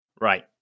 Right